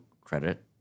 credit